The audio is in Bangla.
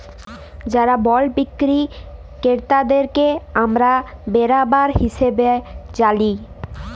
যারা বল্ড বিক্কিরি কেরতাদেরকে আমরা বেরাবার হিসাবে জালি